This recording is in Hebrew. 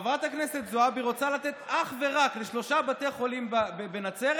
כשחברת הכנסת זועבי רוצה לתת אך ורק לשלושה בתי החולים בנצרת,